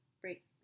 break